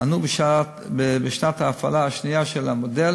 אנו בשנת ההפעלה השנייה של המודל.